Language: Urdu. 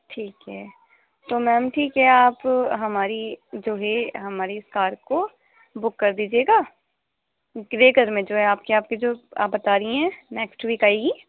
ٹھیک ہے تو میم ٹھیک ہے آپ ہماری جو ہے ہماری کار کو بک کر دیجیے گا گرے کلر میں جو ہے آپ کے یہاں آپ کے جو آپ بتا رہی ہیں نیکسٹ ویک آئے گی